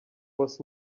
was